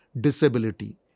disability